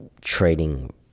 trading